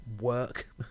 work